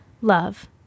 Love